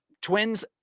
Twins